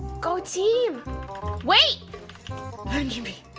go team wait punch me